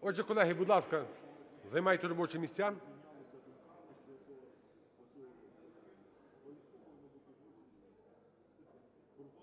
Отже, колеги, будь ласка, займайте робочі місця.